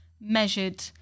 measured